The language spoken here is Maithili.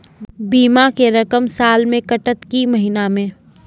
बीमा के रकम साल मे कटत कि महीना मे?